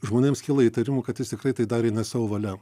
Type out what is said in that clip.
žmonėms kyla įtarimų kad jis tikrai tai darė ne savo valia